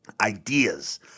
Ideas